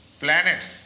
planets